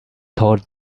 thought